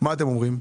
מה אתם אומרים?